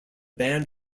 band